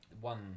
one